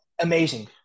Amazing